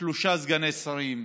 שלושה סגני שרים,